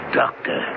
doctor